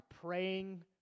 praying